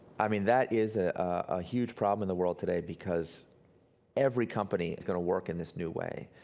i mean that is a ah huge problem in the world today. because every company is gonna work in this new way.